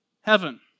Heaven